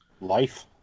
life